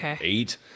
eight